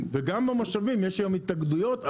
גם במושבים יש היום התאגדויות,